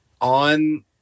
on